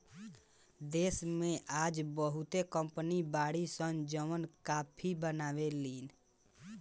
देश में आज बहुते कंपनी बाड़ी सन जवन काफी बनावे लीन